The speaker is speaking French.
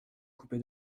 coupé